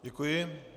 Děkuji.